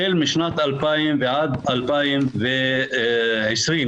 החל משנת 2000 ועד יוני 2020,